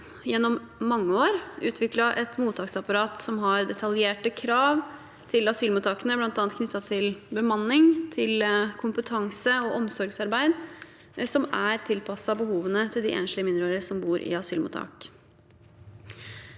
gjennom mange år utviklet et mottaksapparat som har detaljerte krav til asylmottakene, bl.a. knyttet til bemanning, kompetanse og omsorgsarbeid, som er tilpasset behovene til de enslige mindreårige som bor i asylmottak.